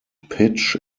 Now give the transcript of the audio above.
pitch